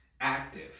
active